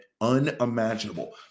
unimaginable